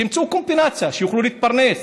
שימצאו קומפנסציה, שיוכלו להתפרנס.